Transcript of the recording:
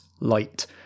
light